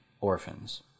orphans